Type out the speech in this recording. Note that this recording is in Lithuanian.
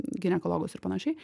ginekologus ir panašiai